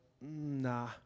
nah